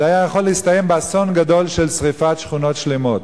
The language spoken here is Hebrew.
זה היה יכול להסתיים באסון גדול של שרפת שכונות שלמות.